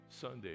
Sunday